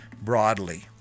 broadly